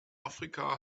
afrika